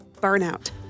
burnout